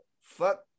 Fuck